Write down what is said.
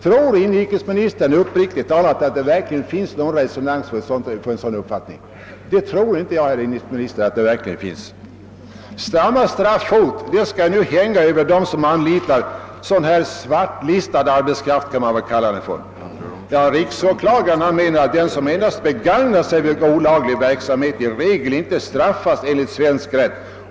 Tror inrikesministern, uppriktigt talat, att det finns någon resonans för en sådan uppfattning? Det tror inte jag. Samma straffhot skall nu hänga över dem som anlitar sådan här »svartlistad« arbetskraft, som man väl kan kalla den. Riksåklagaren anser att den som endast begagnar sig av olaglig verksamhet i regel inte straffas enligt svensk rätt.